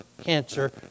cancer